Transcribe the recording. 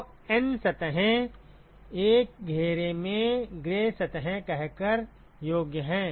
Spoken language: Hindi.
तो N सतहें एक घेरे में ग्रे सतहें कहकर योग्य हैं